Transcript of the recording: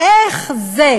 ב-17